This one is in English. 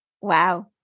Wow